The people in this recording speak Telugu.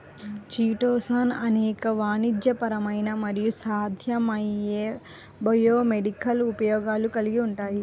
చిటోసాన్ అనేక వాణిజ్యపరమైన మరియు సాధ్యమయ్యే బయోమెడికల్ ఉపయోగాలు కలిగి ఉంటుంది